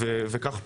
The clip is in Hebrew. וכך פעלנו.